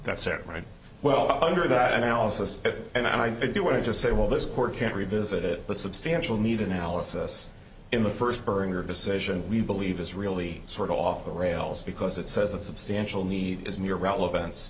that's certain right well under that analysis and i do want to just say well this court can't revisit it a substantial need analysis in the first during your decision we believe is really sort of off the rails because it says a substantial need is in your relevance